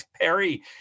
Perry